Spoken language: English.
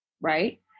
right